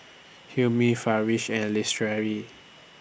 Hilmi Firash and Lestari